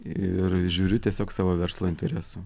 ir žiūriu tiesiog savo verslo interesų